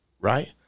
right